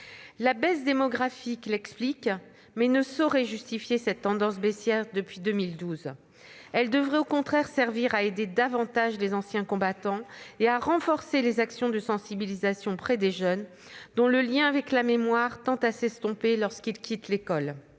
La baisse démographique explique cette évolution, mais ne saurait justifier cette tendance qui est baissière depuis 2012. Elle devrait au contraire servir à aider davantage les anciens combattants et à renforcer les actions de sensibilisation auprès des jeunes, dont le lien avec la mémoire tend à s'estomper lorsqu'ils quittent l'école.